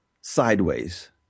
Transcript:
sideways